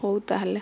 ହଉ ତାହାଲେ